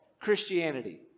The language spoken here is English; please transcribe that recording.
Christianity